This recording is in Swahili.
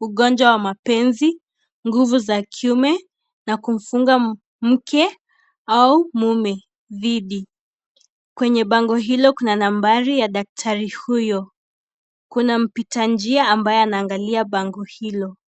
ugonjwa wa mapenzi, nguvu za kiume na kufunga mke au mume bibi, kwenye bango hilo kuna nambari la daktari huyo, kuna mpita njia ambaye anaangalia bango hilo.